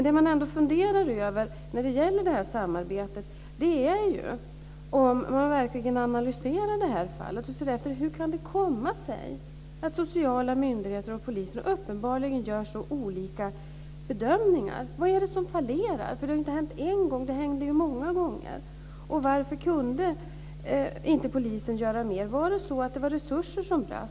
Det jag ändå funderar över när det gäller samarbetet är om man verkligen analyserar det här fallet och ser efter hur det kan komma sig att sociala myndigheter och polisen uppenbarligen gör så olika bedömningar. Vad är det som fallerar? Det har ju inte hänt en gång, det händer många gånger. Varför kunde polisen inte göra mer? Var det så att det var resurser som brast?